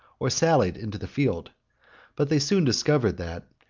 or sallied into the field but they soon discovered, that,